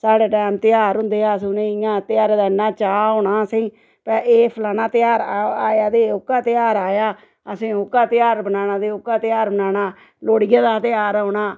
साढ़े टैम ध्यार होंदे हे अस उ'नें गी इ'यां ध्यारा दा इन्ना चाऽ होना असें गी ते एह् फलाना ध्यार आया ते ओह्कड़ा ध्यार आया असें ओह्का ध्यार मनाना ते ओह्का ध्यार मनाना लोड़ियै दा ध्यार औना